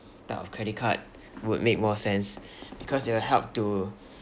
type of credit card would make more sense because it'll help to